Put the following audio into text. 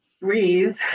breathe